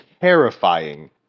terrifying